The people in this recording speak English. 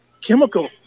chemical